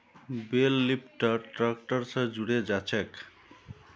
बेल lifter tractor स जुड़े जाछेक